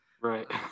Right